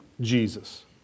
Jesus